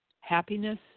happiness